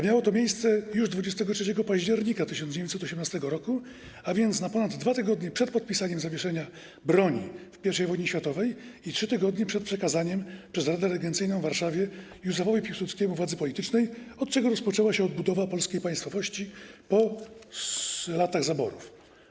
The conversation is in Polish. Miało to miejsce już 23 października 1918 r., a więc na ponad 2 tygodnie przed podpisaniem zawieszenia broni w I wojnie światowej i na 3 tygodnie przed przekazaniem przez Radę Regencyjną w Warszawie Józefowi Piłsudskiemu władzy politycznej, od czego rozpoczęła się odbudowa polskiej państwowości po latach zaborów.